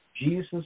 Jesus